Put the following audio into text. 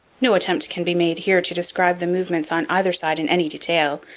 no attempt can be made here to describe the movements on either side in any detail.